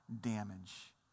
damage